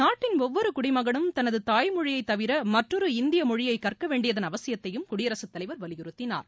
நாட்டின் ஒவ்வொரு குடிமகனும் தனது தாய்மொழியை தவிர மற்றொரு இந்திய மொழியை கற்க வேண்டியதன் அவசியத்தையும் குடியரசுத் தலைவர் வலியுறுத்தினார்